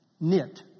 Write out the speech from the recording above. Knit